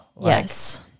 Yes